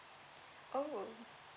oh